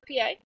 PA